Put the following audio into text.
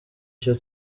icyo